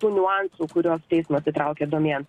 tų niuansų kuriuos teismas įtraukė domėn